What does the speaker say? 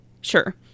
sure